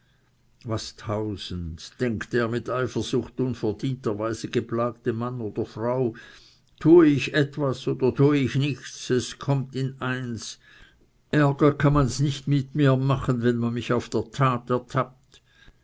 was tausend denkt der mit eifersucht unverdienter weise geplagte mann oder frau tue ich etwas oder tue ich nichts es kommt in eins ärger kann man nicht mit mir machen wenn man mich auf der tat ertappt